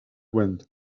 wind